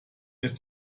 ist